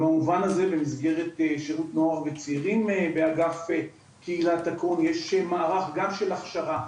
במובן הזה במסגרת שירות נוער וצעירים ואגף קהילה יש מערך גם של הכשרה,